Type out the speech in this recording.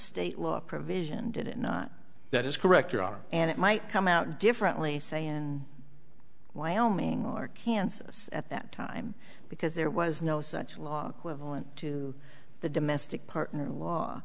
state law a provision did it not that is correct your honor and it might come out differently say in wyoming or kansas at that time because there was no such law to the domestic partner law